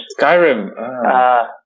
Skyrim